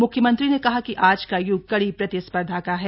मुख्यमंत्री ने कहा कि आज का य्ग कड़ी प्रतिस्पर्धा का है